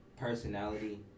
personality